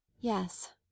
yes